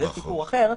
וזה סיפור אחר.